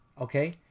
Okay